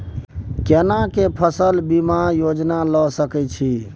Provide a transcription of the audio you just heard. केना के फसल बीमा योजना लीए सके छी?